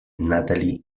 natalie